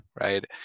Right